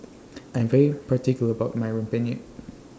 I Am very particular about My Rempeyek